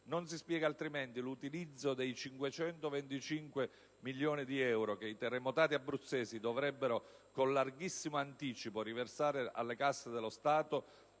Non si spiega altrimenti l'utilizzo dei 525 milioni di euro che i terremotati abruzzesi dovrebbero, con larghissimo anticipo, riversare alle casse dello Stato